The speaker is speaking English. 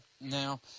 Now